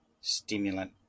stimulant